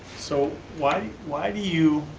so why why do you,